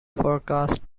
forecasts